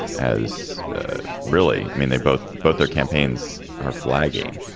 as really. i mean, they both both their campaigns are flagging.